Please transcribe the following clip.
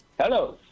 Hello